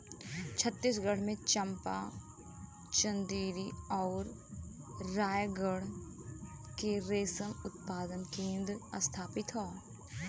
छतीसगढ़ के चंपा, चंदेरी आउर रायगढ़ के रेशम उत्पादन केंद्र प्रसिद्ध हौ